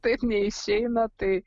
taip neišeina tai